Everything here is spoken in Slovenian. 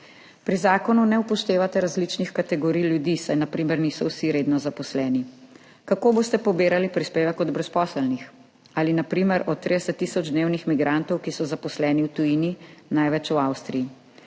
Pri zakonu ne upoštevate različnih kategorij ljudi, saj na primer niso vsi redno zaposleni. Kako boste pobirali prispevek od brezposelnih ali na primer od 30 tisoč dnevnih migrantov, ki so zaposleni v tujini, največ v Avstriji,